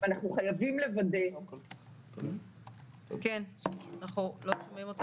אנחנו חייבים לוודא שאנחנו בודקים נכון